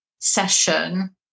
session